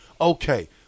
okay